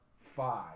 Five